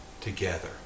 together